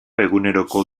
eguneroko